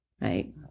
Right